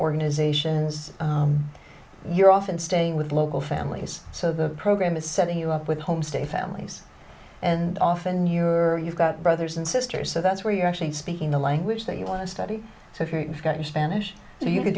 organizations you're often staying with local families so the program is setting here up with homestay families and often you are you've got brothers and sisters so that's where you're actually speaking the language that you want to study so if you're going to spanish you c